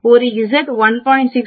ஒரு இசட் 1